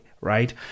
right